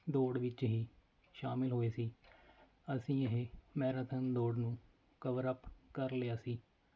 ਦੌੜ ਵਿੱਚ ਹੀ ਸ਼ਾਮਿਲ ਹੋਏ ਸੀ ਅਸੀਂ ਇਹ ਮੈਰਾਥਨ ਦੌੜ ਨੂੰ ਕਵਰ ਅਪ ਕਰ ਲਿਆ ਸੀ